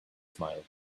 smiled